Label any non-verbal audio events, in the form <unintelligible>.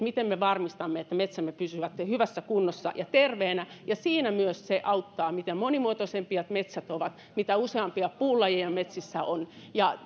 <unintelligible> miten me varmistamme että metsämme pysyvät hyvässä kunnossa ja terveenä siinä auttaa myös se mitä monimuotoisempia metsät ovat ja mitä useampia puulajeja metsissä on